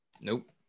nope